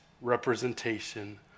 representation